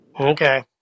Okay